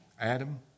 Adam